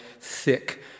thick